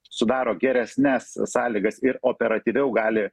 sudaro geresnes sąlygas ir operatyviau gali